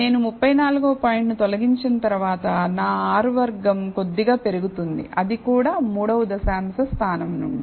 నేను 34 వ పాయింట్ను తొలగించిన తర్వాత నా R వర్గం కొద్దిగా పెరుగుతుంది అది కూడా 3 వ దశాంశ స్థానం నుండి